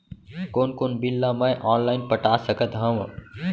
कोन कोन बिल ला मैं ऑनलाइन पटा सकत हव?